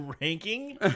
ranking